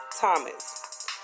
Thomas